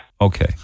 Okay